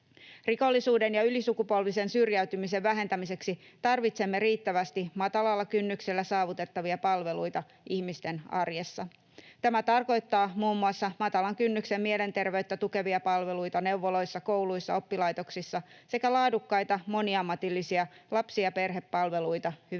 Rikollisuuden ja ylisukupolvisen syrjäytymisen vähentämiseksi tarvitsemme riittävästi matalalla kynnyksellä saavutettavia palveluita ihmisten arjessa. Tämä tarkoittaa muun muassa matalan kynnyksen mielenterveyttä tukevia palveluita neuvoloissa, kouluissa, oppilaitoksissa sekä laadukkaita, moniammatillisia lapsi- ja perhepalveluita hyvinvointialueilla.